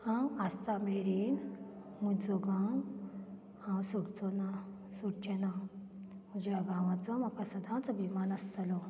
हांव आसतां मेरेन म्हजो गांव हांव सोडचो ना सोडचें ना म्हज्या गांवाचो म्हाका सदांच अभिमान आसतलो